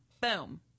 Boom